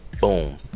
boom